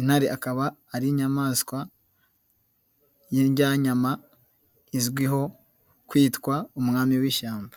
intare akaba ari inyamaswa y'indyanyama izwiho kwitwa umwami w'ishyamba.